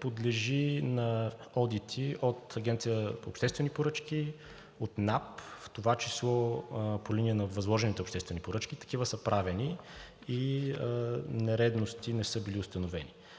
подлежи на одити от Агенцията по обществените поръчки, от НАП, в това число по линия на възложените обществени поръчки. Такива са правени и нередности не са били установени.